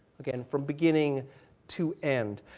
okay, and from beginning to end.